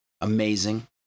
Amazing